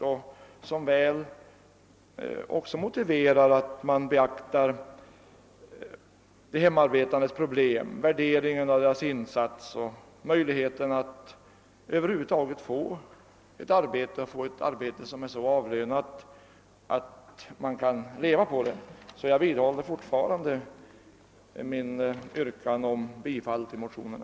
Därför är det motiverat att beakta dessa människors situation och värderingen av deras insatser samt möjligheterna för dem att över huvud taget få ett arbete som är så avlönat att de kan leva på det. Herr talman! Jag vidhåller mitt yrkande om bifall till motionerna.